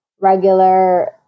regular